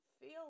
feel